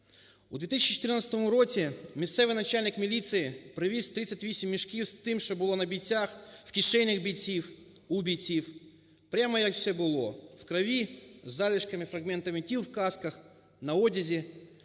У 2014 році місцевий начальник міліції привіз 38 мішків з тим, що було на бійцях, в кишенях бійців, у бійців, прямо, як все було, в крові, з залишками фрагментів тіл в касках, на одязі.